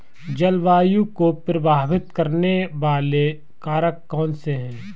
जलवायु को प्रभावित करने वाले कारक कौनसे हैं?